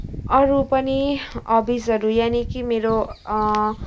अरू पनि हबिजहरू यानि कि मेरो